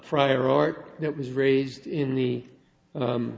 prior art that was raised in the